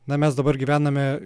na mes dabar gyvename